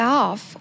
off